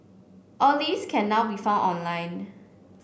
all these can now be found online